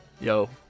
yo